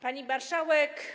Pani Marszałek!